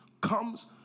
comes